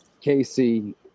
Casey